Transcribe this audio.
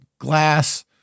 glass